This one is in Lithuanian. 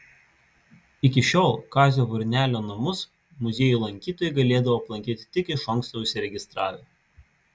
iki šiol kazio varnelio namus muziejų lankytojai galėdavo aplankyti tik iš anksto užsiregistravę